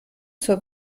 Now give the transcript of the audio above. zur